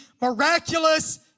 miraculous